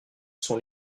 sont